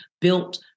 built